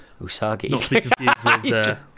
Usagi